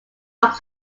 asked